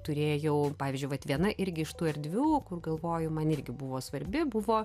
turėjau pavyzdžiui vat viena irgi iš tų erdvių kur galvoju man irgi buvo svarbi buvo